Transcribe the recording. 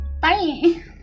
Bye